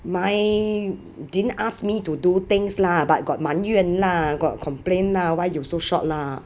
my didn't ask me to do things lah but got 埋怨 lah got complain lah why you so short lah